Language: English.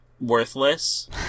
worthless